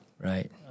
Right